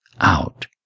out